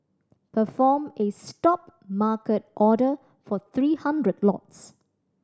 perform a stop market order for three hundred lots